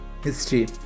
history